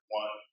one